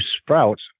sprouts